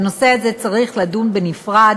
בנושא הזה צריך לדון בנפרד,